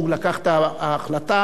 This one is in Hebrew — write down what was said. הוא לקח את ההחלטה,